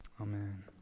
amen